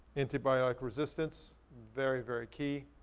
antibiotic resistance, very, very key.